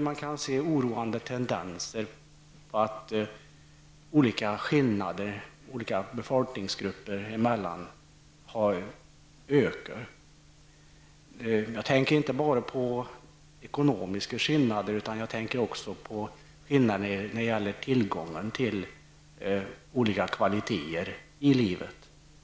Man kan se oroande tendenser på att skillnader mellan olika befolkningsgrupper har ökat. Jag tänker inte bara på ekonomiska skillnader, utan jag tänker också på skillnader när det gäller tillgång till olika kvaliteter i livet.